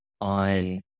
on